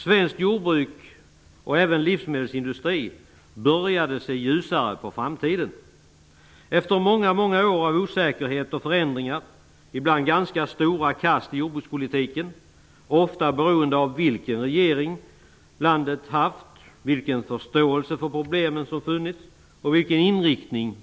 Svenskt jordbruk och även svensk livsmedelsindustri började se ljusare på framtiden efter många år av osäkerhet och förändringar, ibland med stora kast i jordbrukspolitiken, vilket ofta berott på vilken regering landet haft, vilken förståelse för problemen som funnits och politikens inriktning.